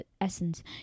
essence